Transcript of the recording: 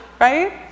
right